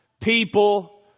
people